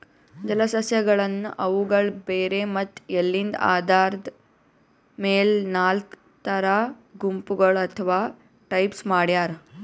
ಜಲಸಸ್ಯಗಳನ್ನ್ ಅವುಗಳ್ ಬೇರ್ ಮತ್ತ್ ಎಲಿದ್ ಆಧಾರದ್ ಮೆಲ್ ನಾಲ್ಕ್ ಥರಾ ಗುಂಪಗೋಳ್ ಅಥವಾ ಟೈಪ್ಸ್ ಮಾಡ್ಯಾರ